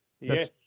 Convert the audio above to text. Yes